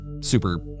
super